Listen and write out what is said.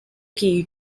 key